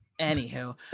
anywho